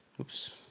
Oops